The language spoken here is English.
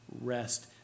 rest